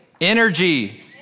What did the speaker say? energy